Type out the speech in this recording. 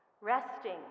Resting